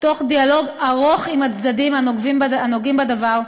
תוך דיאלוג ארוך עם הצדדים הנוגעים בדבר,